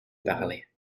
parlait